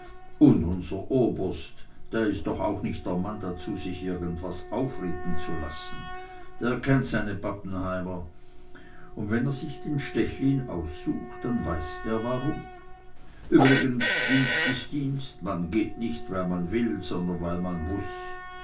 und unser oberst der ist doch auch nicht der mann dazu sich irgendwen aufreden zu lassen der kennt seine pappenheimer und wenn er sich den stechlin aussucht dann weiß er warum übrigens dienst ist dienst man geht nicht weil man will sondern weil man muß